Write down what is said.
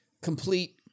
Complete